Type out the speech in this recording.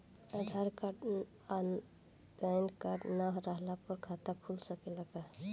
आधार card आ PAN card ना रहला पर खाता खुल सकेला का?